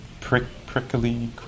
prickly